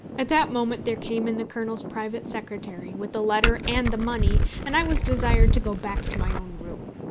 at that moment there came in the colonel's private secretary, with the letter and the money, and i was desired to go back to my own room.